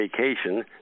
Vacation